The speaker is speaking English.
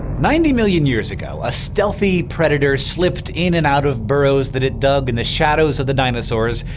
ninety million years ago, a stealthy predator slipped in and out of burrows that it dug in the shadows of the dinosaurs,